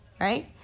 right